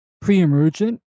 pre-emergent